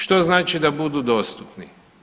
Što znači da budu dostupni?